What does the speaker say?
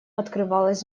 открывалась